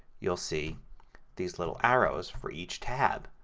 you will see these little arrows for each tab.